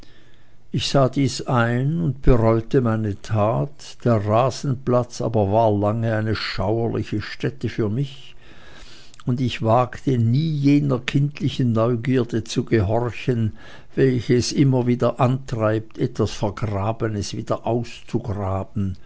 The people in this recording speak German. ich sah dies ein und bereute meine tat der rasenplatz war aber lange eine schauerliche stätte für mich und ich wagte nie jener kindlichen neugierde zu gehorchen welche es immer antreibt etwas vergrabenes wieder auszugraben